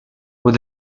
with